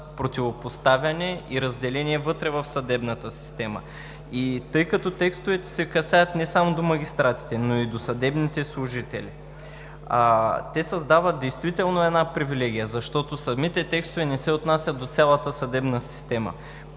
противопоставяне и разделение вътре в съдебната система. И тъй като текстовете се отнасят не само до магистратите, но и до съдебните служители, те създават привилегия, защото текстовете не се отнасят до цялата съдебна система.